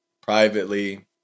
privately